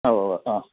അ ഉവ് ഉവ് ആ